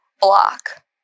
block